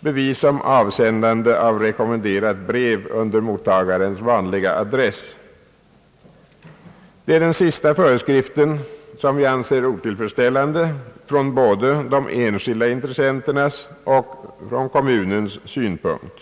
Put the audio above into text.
bevis om avsändande av rekommenderat brev under mottagarens vanliga adress. Det är den sista föreskriften som vi anser otillfredsställande från både de enskilda intressenternas och kommunens synpunkt.